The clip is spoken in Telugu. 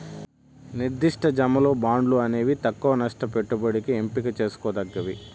నిర్దిష్ట జమలు, బాండ్లు అనేవి తక్కవ నష్ట పెట్టుబడికి ఎంపిక చేసుకోదగ్గవి